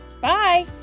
Bye